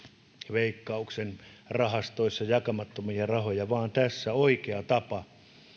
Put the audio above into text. veikkauksen rahastoissa jakamattomia rahoja vaan tässä oikea tapa